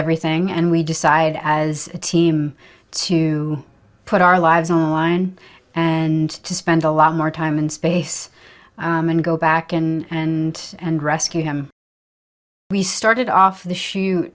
everything and we decide as a team to put our lives on the line and to spend a lot more time and space and go back in and and rescue him we started off the shoe